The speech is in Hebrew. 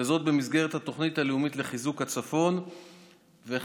וזאת במסגרת התוכנית הלאומית לחיזוק הצפון וחיזוק